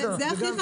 בסדר.